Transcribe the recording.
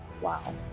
Wow